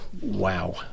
Wow